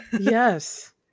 Yes